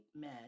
men